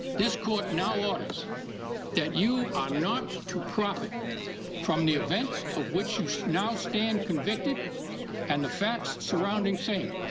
this court now orders that you are not to profit from the events of which you now stand convicted and the facts surrounding same.